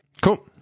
cool